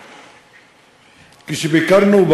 כשביקרנו,